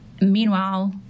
Meanwhile